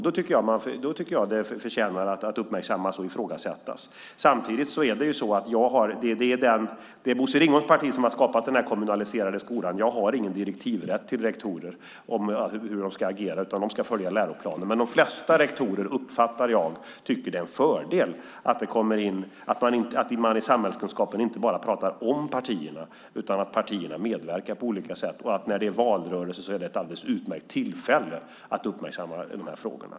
Då tycker jag att det förtjänar att uppmärksammas och ifrågasättas. Men det är Bosse Ringholms parti som har skapat den kommunaliserade skolan; jag har ingen direktivrätt till rektorer om hur de ska agera, utan de ska följa läroplanen. De flesta rektorer, uppfattar jag, tycker dock att det är en fördel att man i samhällskunskapen inte bara pratar om partier utan att partierna också medverkar på olika sätt och att valrörelsen är ett alldeles utmärkt tillfälle att uppmärksamma de här frågorna.